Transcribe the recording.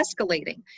escalating